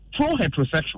pro-heterosexual